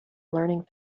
learning